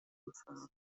befördert